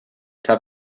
sap